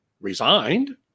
resigned